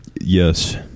Yes